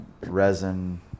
Resin